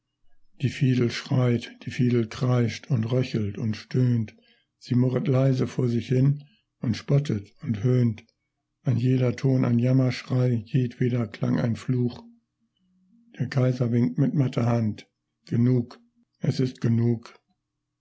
die fiedel schreit die fiedel kreischt und röchelt und stöhnt sie murret leise vor sich hin und spottet und höhnt ein jeder ton ein jammerschrei jedweder klang ein fluch der kaiser winkt mit matter hand genug es ist genug